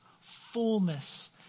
fullness